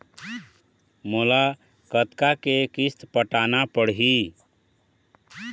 मोला कतका के किस्त पटाना पड़ही?